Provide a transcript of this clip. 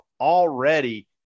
already